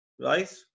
Right